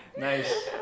nice